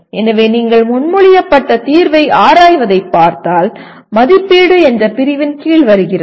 எனவே நீங்கள் முன்மொழியப்பட்ட தீர்வை ஆராய்வதைப் பார்த்தால் மதிப்பீடு என்ற பிரிவின் கீழ் வருகிறது